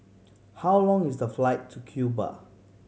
how long is the flight to Cuba